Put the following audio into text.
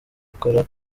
ikora